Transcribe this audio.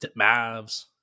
Mavs